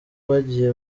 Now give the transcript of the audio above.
bagiye